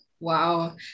Wow